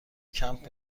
کمپ